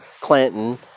Clinton